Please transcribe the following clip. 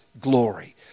glory